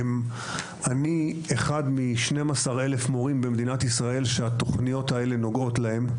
אני אחד מ-12,000 מורים במדינת ישראל שהתוכניות האלה נוגעות להם,